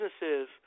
businesses